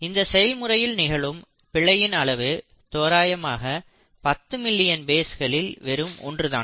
இந்த செயல்முறையில் நிகழும் பிழையின் அளவு தோராயமாக 10 மில்லியன் பேஸ்களில் வெறும் ஒன்றுதான்